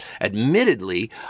admittedly